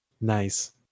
Nice